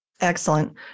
Excellent